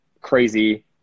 crazy